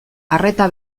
arreta